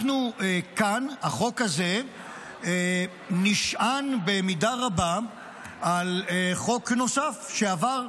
כאן, החוק הזה נשען במידה רבה על חוק נוסף שעבר,